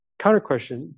Counter-question